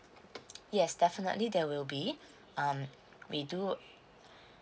yes definitely there will be um we do